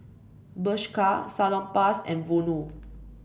Bershka Salonpas and Vono